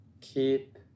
keep